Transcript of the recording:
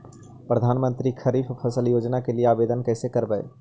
प्रधानमंत्री खारिफ फ़सल योजना के लिए आवेदन कैसे करबइ?